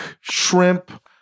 shrimp